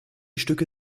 stücke